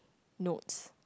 note